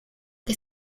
que